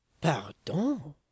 Pardon